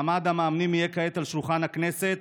מעמד המאמנים יהיה כעת על שולחן הכנסת,